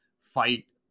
fight